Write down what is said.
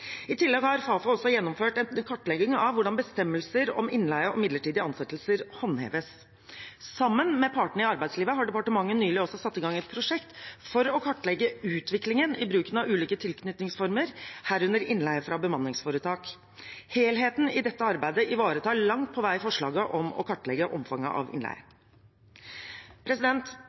og midlertidige ansettelser håndheves. Sammen med partene i arbeidslivet har departementet nylig også satt i gang et prosjekt for å kartlegge utviklingen i bruken av ulike tilknytningsformer, herunder innleie fra bemanningsforetak. Helheten i dette arbeidet ivaretar langt på vei forslaget om å kartlegge omfanget av innleie.